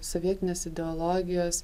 sovietinės ideologijos